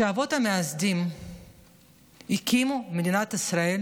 כשהאבות המייסדים הקימו את מדינת ישראל